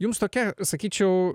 jums tokia sakyčiau